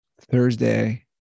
Thursday